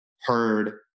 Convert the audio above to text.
heard